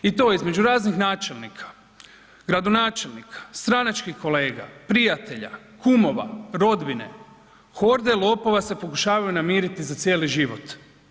I to između raznih načelnika, gradonačelnika, stranačkih kolega, prijatelja, kumova, rodbine, horde lopova se pokušavaju namiriti za cijeli život.